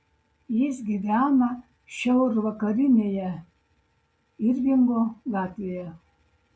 jis gyvena šiaurvakarinėje irvingo gatvėje